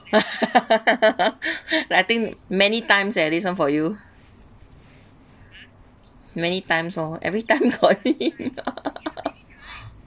I think many times eh this one for you many times oh every-time